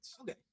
Okay